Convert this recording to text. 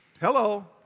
Hello